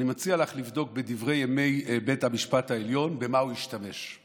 אני מציע לך לבדוק בדברי ימי בית המשפט העליון במה הוא משתמש בו.